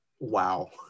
Wow